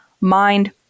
mind